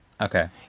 okay